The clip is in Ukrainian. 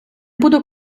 буду